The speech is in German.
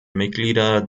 mitglieder